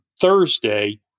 Thursday